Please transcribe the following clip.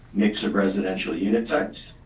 mix of residential unit types,